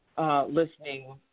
Listening